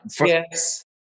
yes